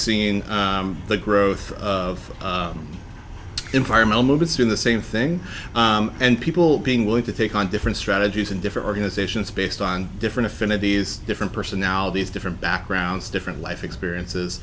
seen the growth of environmental movement in the same thing and people being willing to take on different strategies and different organizations based on different affinities different personalities different backgrounds different life experiences